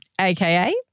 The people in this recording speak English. aka